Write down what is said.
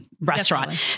restaurant